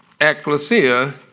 Ecclesia